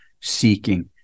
seeking